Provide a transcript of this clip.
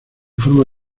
forma